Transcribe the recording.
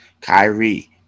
Kyrie